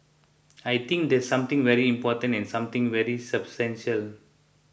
I think that's something very important and something very substantial